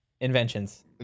Inventions